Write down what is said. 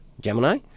Gemini